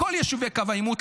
בכל יישובי קו העימות,